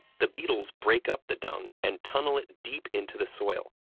the beetles break up the dung and tunnel it deep into the soil,